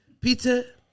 Peter